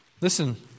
Listen